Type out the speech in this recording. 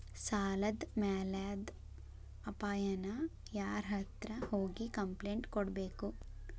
ಸಾಲದ್ ಮ್ಯಾಲಾದ್ ಅಪಾಯಾನ ಯಾರ್ಹತ್ರ ಹೋಗಿ ಕ್ಂಪ್ಲೇನ್ಟ್ ಕೊಡ್ಬೇಕು?